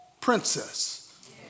princess